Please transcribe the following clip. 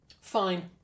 Fine